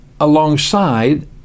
alongside